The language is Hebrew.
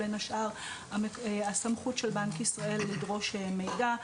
בין השאר הסמכות של בנק ישראל לדרוש מידע,